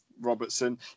Robertson